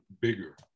bigger